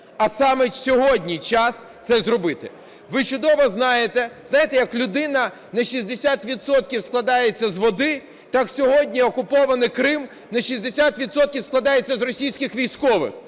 а саме сьогодні час це зробити. Ви чудово знаєте… Знаєте, як людина на 60 відсотків складається з води, так сьогодні окупований Крим на 60 відсотків складається з російських військових.